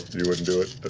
you wouldn't do it? but